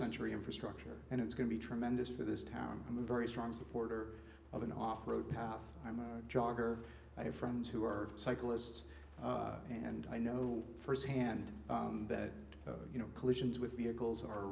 century infrastructure and it's going to be tremendous for this town i'm a very strong supporter of an off road path i'm a jogger i have friends who are cyclists and i know firsthand that you know collisions with vehicles are